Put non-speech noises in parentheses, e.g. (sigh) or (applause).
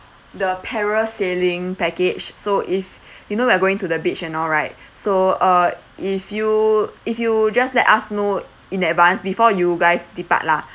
the parasailing package so if (breath) you know we're going to the beach and all right so uh if you if you just let us know in advance before you guys depart lah